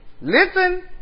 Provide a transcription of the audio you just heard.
Listen